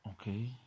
Okay